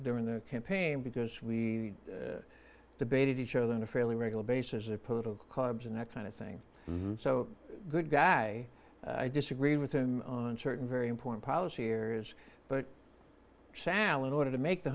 during the campaign because we debated each other on a fairly regular basis of political obs and that kind of thing so good guy i disagreed with him on certain very important policy areas but soule in order to make the